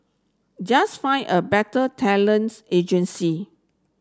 just find a better talents agency